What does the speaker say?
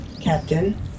Captain